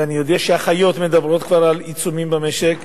ואני יודע שהאחיות כבר מדברות על עיצומים במשק,